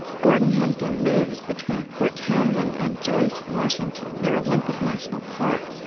gordon hempton lives between port townsend and joyce, washington, near olympic national park,